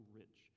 rich